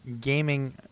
gaming